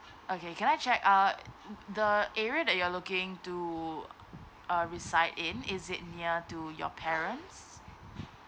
okay can I check uh the area that you are looking to uh reside in is it near to your parents